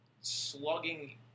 slugging